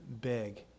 big